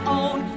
own